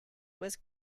was